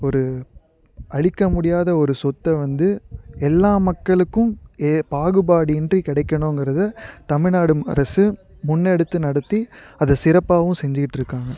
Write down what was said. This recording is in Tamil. ஒரு அழிக்க முடியாத ஒரு சொத்து வந்து எல்லா மக்களுக்கும் பாகுபாடின்றி கிடைக்கணுங்கிறத தமிழ்நாடு அரசு முன்னெடுத்து நடத்தி அதை சிறப்பாகவும் செஞ்சுக்கிட்ருக்காங்க